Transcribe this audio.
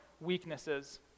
weaknesses